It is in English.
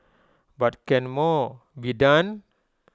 but can more be done